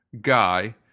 guy